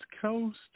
Coast